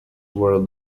were